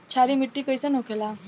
क्षारीय मिट्टी कइसन होखेला?